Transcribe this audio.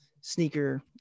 sneaker